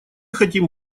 хотим